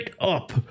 up